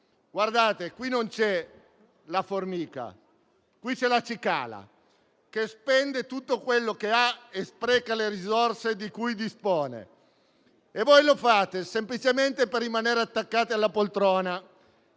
qui c'è non la formica, ma la cicala, che spende tutto quello che ha e spreca le risorse di cui dispone, e voi lo fate semplicemente per rimanere attaccati alla poltrona.